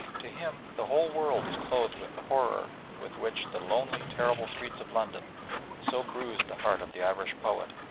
to him the whole world is clothed with the horror with which the lonely, terrible streets of london so bruised the heart of the irish poet.